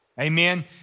amen